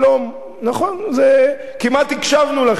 כמעט הקשבנו לכם בעבר.